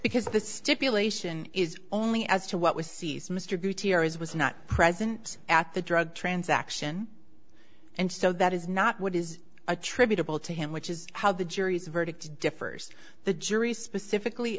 because the stipulation is only as to what was seized mr beauty or is was not present at the drug transaction and so that is not what is attributable to him which is how the jury's verdict differs the jury specifically